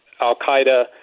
Al-Qaeda